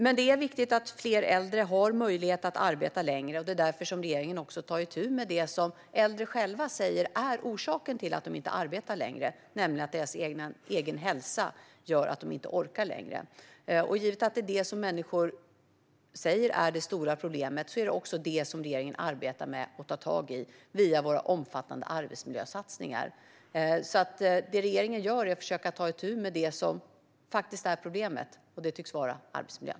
Men det är viktigt att fler äldre har möjlighet att arbete längre, och det är därför regeringen också tar itu med det som äldre själva säger är orsaken till att de inte arbetar längre, nämligen att deras egen hälsa gör att de inte orkar. Givet att det är detta som människor säger är det stora problemet är det också det som regeringen arbetar med att ta tag i via våra omfattande arbetsmiljösatsningar. Det regeringen gör är att försöka ta itu med det som faktiskt är problemet, och det tycks vara arbetsmiljön.